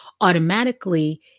automatically